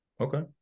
Okay